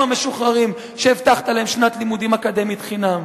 המשוחררים כשהבטחת להם שנת לימודים אקדמית חינם.